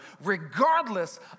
regardless